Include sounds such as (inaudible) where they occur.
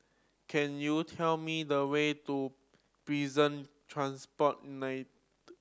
can you tell me the way to Prison Transport (unintelligible)